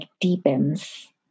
deepens